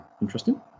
interesting